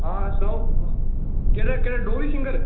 हां सनाओ केह्ड़े केह्ड़े डोगरी सिंगर